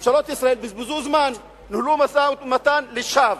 ממשלות ישראל בזבזו זמן, ניהלו משא-ומתן לשווא.